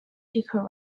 speaker